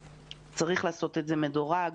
צריך לעשות את זה מדורג,